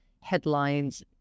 headlines